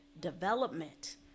development